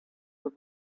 with